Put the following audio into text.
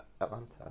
Atlanta